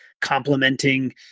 complementing